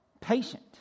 patient